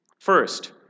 First